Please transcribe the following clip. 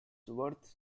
worth